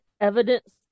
evidence